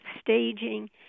staging